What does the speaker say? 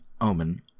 omen